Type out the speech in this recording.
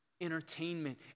entertainment